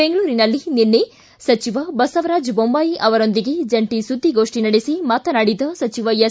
ಬೆಂಗಳೂರಿನಲ್ಲಿ ನಿನ್ನೆ ಸಚಿವ ಬಸವರಾಜ ಬೊಮ್ಲಾಯಿ ಅವರೊಂದಿಗೆ ಜಂಟಿ ಸುದ್ದಿಗೋಷ್ಟಿ ನಡೆಸಿ ಮಾತನಾಡಿದ ಸಚಿವ ಎಸ್